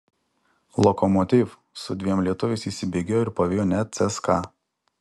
lokomotiv su dviem lietuviais įsibėgėjo ir pavijo net cska